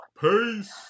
Peace